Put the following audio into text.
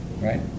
right